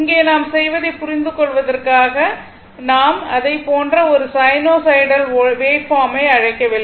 இங்கே நாம் செய்ததைப் புரிந்து கொள்வதற்காக நாம் அதைப் போன்ற ஒரு சைனூசாய்டல் வேவ்பார்ம் ஐ அழைக்கவில்லை